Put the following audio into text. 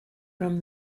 from